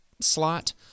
slot